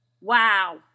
Wow